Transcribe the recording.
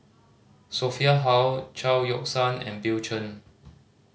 Sophia Hull Chao Yoke San and Bill Chen